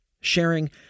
sharing